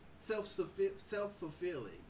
self-fulfilling